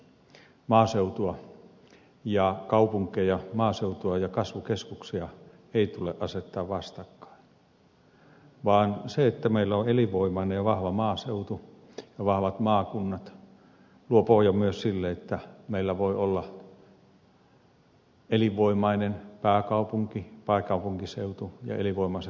maaseutua ja kaupunkeja maaseutua ja kasvukeskuksia ei tule asettaa vastakkain vaan se että meillä on elinvoimainen ja vahva maaseutu ja vahvat maakunnat luo pohjan myös sille että meillä voi olla elinvoimainen pääkaupunki pääkaupunkiseutu ja elinvoimaiset kasvukeskukset